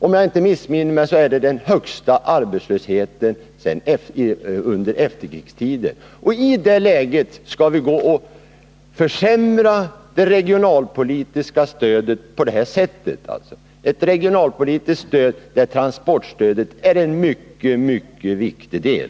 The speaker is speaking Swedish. Om jag inte missminner mig är det den högsta arbetslösheten under efterkrigstiden. I det läget vill ni på det här sättet försämra det regionalpolitiska stödet, där transportstödet är en mycket viktig del!